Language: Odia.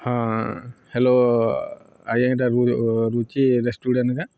ହଁ ହ୍ୟାଲୋ ଆଜ୍ଞା ଏଇଟା ରୁଚି ରେଷ୍ଟୁରାଣ୍ଟ ନା